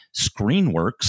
Screenworks